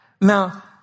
Now